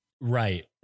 Right